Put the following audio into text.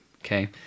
Okay